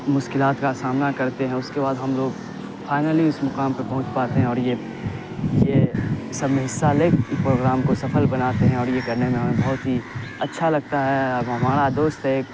مشکلات کا سامنا کرتے ہیں اس کے بعد ہم لوگ فائنلی اس مقام پر پہنچ پاتے ہیں اور یہ یہ سب میں حصہ لے کے پروگرام کو سفل بناتے ہیں اور یہ کرنے میں ہمیں بہت ہی اچھا لگتا ہے اب ہمارا دوست ہے ایک